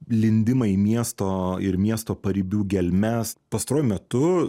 lindimą į miesto ir miesto paribių gelmes pastaruoju metu